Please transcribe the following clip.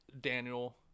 daniel